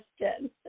question